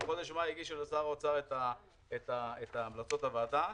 בחודש מאי הגישו לשר האוצר את המלצות הוועדה,